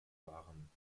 waren